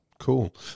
Cool